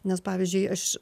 nes pavyzdžiui aš